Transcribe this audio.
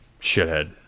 shithead